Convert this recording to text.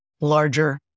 larger